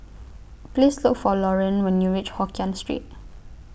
Please Look For Laurene when YOU REACH Hokkien Street